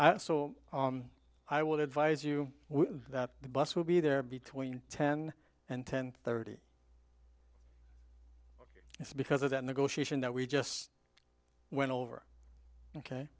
would i would advise you that the bus will be there between ten and ten thirty it's because of that negotiation that we just went over ok